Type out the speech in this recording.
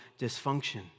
dysfunction